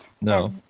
No